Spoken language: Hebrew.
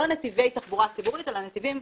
לא נתיבי תחבורה ציבורית, אלא נתיבים